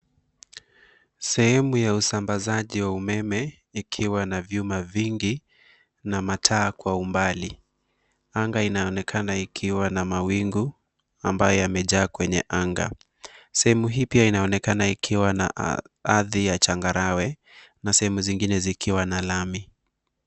Sehemu ya usambazaji wa umeme, ikiwa na vyuma vingi na mataa kwa umbali. Anga inaonekana ikiwa na mawingu ambayo yamejaa kwenye anga. Sehemu hii pia inaonekana ikiwa na ardhi ya changarawe, na sehemu zingine zikiwa na lami.